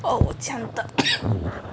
oh 我呛到